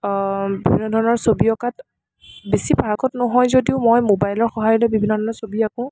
বিভিন্ন ধৰণৰ ছবি অকাঁত বেছি পাৰ্গত নহয় যদিও মই মোবাইলৰ সহায় লৈ বিভিন্ন ধৰণৰ ছবি আকোঁ